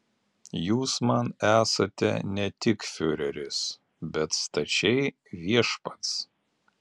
jūs man esate ne tik fiureris bet stačiai viešpats